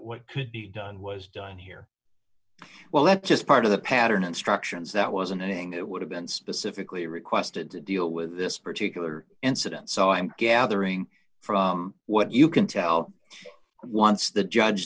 what could be done was done here well that's just part of the pattern instructions that wasn't anything that would have been specifically requested to deal with this particular incident so i'm gathering from what you can tell once the judge